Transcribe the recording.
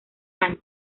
años